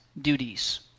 duties